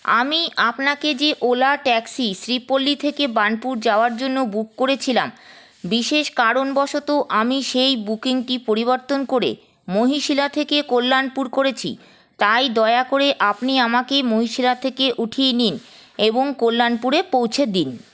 আমি আপনাকে যে ওলা ট্যাক্সি শ্রীপল্লি থেকে বার্নপুর যাওয়ার জন্য বুক করেছিলাম বিশেষ কারণবশত আমি সেই বুকিংটি পরিবর্তন করে মহিশিলা থেকে কল্যাণপুর করেছি তাই দয়া করে আপনি আমাকে মহিশিলা থেকে উঠিয়ে নিন এবং কল্যাণপুরে পৌঁছে দিন